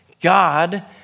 God